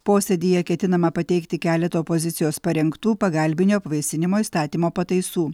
posėdyje ketinama pateikti keletą opozicijos parengtų pagalbinio apvaisinimo įstatymo pataisų